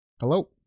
hello